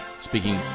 speaking